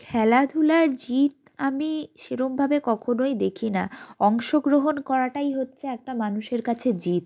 খেলাধুলায় জিত আমি সেরকমভাবে কখনোই দেখি না অংশগ্রহণ করাটাই হচ্ছে একটা মানুষের কাছে জিত